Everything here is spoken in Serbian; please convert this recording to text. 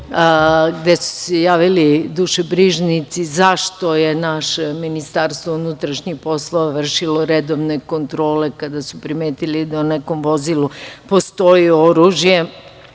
gde su se javili dušebrižnici sa pitanjem zašto je naše Ministarstvo unutrašnjih poslova vršilo redovne kontrole kada su primetili da u nekom vozilu postoji oružje